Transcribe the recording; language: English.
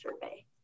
survey